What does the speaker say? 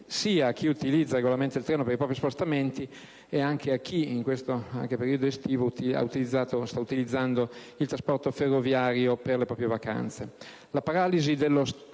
solo a chi utilizza regolarmente il treno per i propri spostamenti ma anche a chi, in questo periodo estivo, sta utilizzando il trasporto ferroviario per le proprie vacanze.